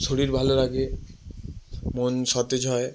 শরীর ভালো রাখে মন সতেজ হয়